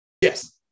Yes